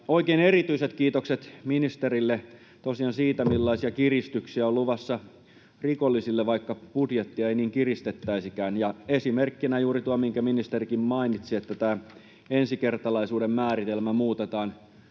oikein erityiset kiitokset ministerille tosiaan siitä, millaisia kiristyksiä on luvassa rikollisille, vaikka budjettia ei niin kiristettäisikään — esimerkkinä juuri tuo, minkä ministerikin mainitsi, että tämä ensikertalaisuuden määritelmä muutetaan